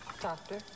Doctor